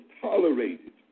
tolerated